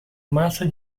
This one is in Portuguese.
massa